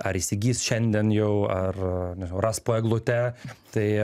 ar įsigys šiandien jau ar ras po eglute tai